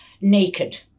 naked